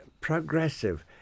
progressive